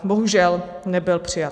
Bohužel, nebyl přijat.